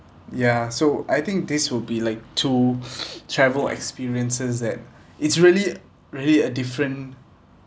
ya so I think this would be like two travel experiences that it's really really a different